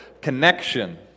connection